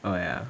oh ya